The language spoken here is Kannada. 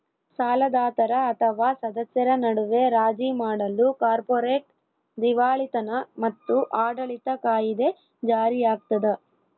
ಸಾಲದಾತರ ಅಥವಾ ಸದಸ್ಯರ ನಡುವೆ ರಾಜಿ ಮಾಡಲು ಕಾರ್ಪೊರೇಟ್ ದಿವಾಳಿತನ ಮತ್ತು ಆಡಳಿತ ಕಾಯಿದೆ ಜಾರಿಯಾಗ್ತದ